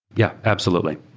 yeah, absolutely.